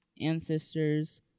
ancestors